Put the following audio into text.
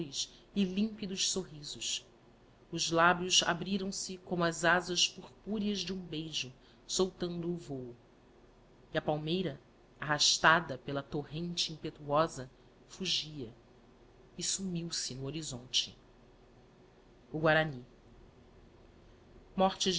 e límpidos sorrisos os lábios abriram-se como as azas purpúreas de um beijo soltando o vôo e a palmeira arrastada pela torrente impetuosa fugia e sumiu-se no horizonte o chiarany morte